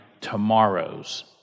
tomorrows